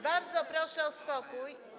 Bardzo proszę o spokój.